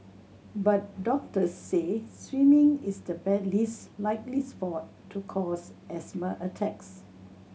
but doctors say swimming is the bad least likely sport to cause asthma attacks